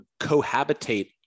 cohabitate